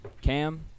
Cam